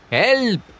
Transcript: help